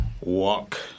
walk